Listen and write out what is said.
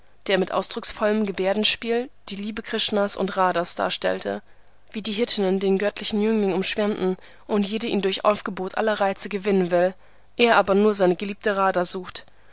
der mit ausdrucksvollem geberdenspiel die liebe krishnas und radhas darstellte wie die hirtinnen den göttlichen jüngling umschwärmen und jede ihn durch aufgebot aller reize gewinnen will er aber nur seine geliebte radha sucht